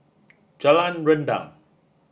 Jalan Rendang